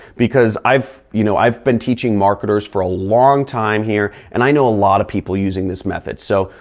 because i've. you know, i've been teaching marketers for a long time here and i know a lot of people using this method. so,